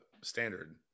standard